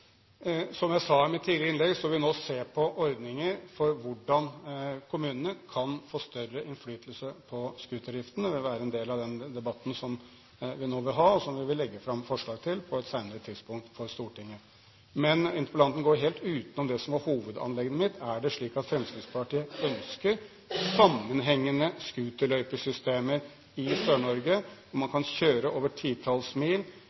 Som jeg sa i mitt tidligere innlegg, vil vi nå se på ordninger for hvordan kommunene kan få større innflytelse på scooterdriften. Det vil være en del av den debatten som vi nå vil ha, og som vi på et senere tidspunkt vil legge fram forslag til for Stortinget. Men interpellanten går helt utenom det som var hovedanliggendet mitt: Er det slik at Fremskrittspartiet ønsker sammenhengende scooterløypesystemer i Sør-Norge, hvor man